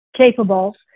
capable